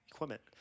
equipment